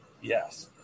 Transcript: yes